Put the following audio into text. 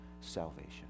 salvation